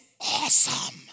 awesome